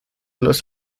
los